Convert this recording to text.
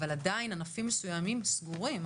אבל עדיין ענפים מסוימים סגורים.